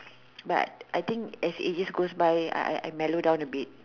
but I think as ages goes by I I mellow down a bit